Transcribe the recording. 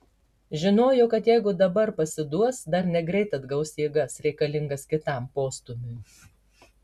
žinojo kad jeigu dabar pasiduos dar negreit atgaus jėgas reikalingas kitam postūmiui